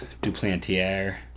Duplantier